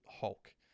Hulk